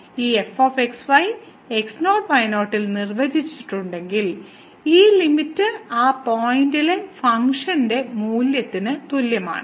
ഈ f x y x0 y0 ൽ നിർവചിച്ചിട്ടുണ്ടെങ്കിൽ ഈ ലിമിറ്റ് ആ പോയിന്റിലെ ഫംഗ്ഷൻ മൂല്യത്തിന് തുല്യമാണ്